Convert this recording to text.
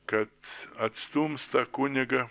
kad atstums tą kunigą